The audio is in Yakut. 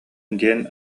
диэн